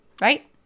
right